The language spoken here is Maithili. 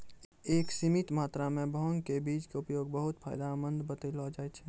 एक सीमित मात्रा मॅ भांग के बीज के उपयोग बहु्त फायदेमंद बतैलो जाय छै